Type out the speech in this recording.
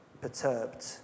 perturbed